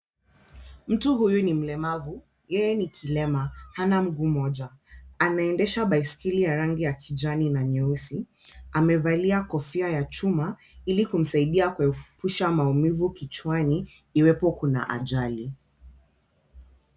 Mtu huyu ni mlemavu, yeye ni kilema. Hana mguu moja. Anaendesha baiskeli ya rangi ya kijani na nyeusi. Amevalia kofia ya chuma, ili kumsaidia kuepusha maumivu kichwani iwepo kuna ajali.